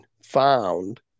found